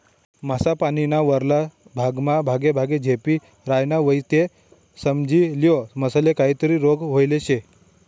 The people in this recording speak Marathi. मासा पानीना वरला भागमा बागेबागे झेपी रायना व्हयी ते समजी लेवो मासाले काहीतरी रोग व्हयेल शे